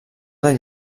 del